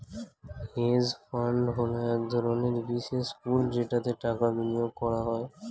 hedge fund হলো এক ধরনের বিশেষ পুল যেটাতে টাকা বিনিয়োগ করা হয়